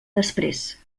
després